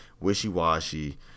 wishy-washy